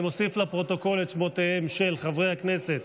אני מוסיף לפרוטוקול את שמותיהם של חברי הכנסת